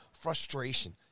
frustration